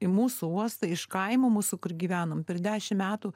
į mūsų uostą iš kaimo mūsų kur gyvenom per dešim metų